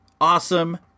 awesome